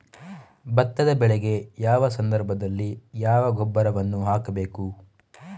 ಭತ್ತದ ಬೆಳೆಗೆ ಯಾವ ಸಂದರ್ಭದಲ್ಲಿ ಯಾವ ಗೊಬ್ಬರವನ್ನು ಹಾಕಬೇಕು?